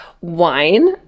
Wine